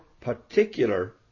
particular